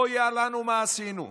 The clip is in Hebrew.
אויה לנו, מה עשינו.